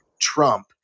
Trump